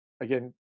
Again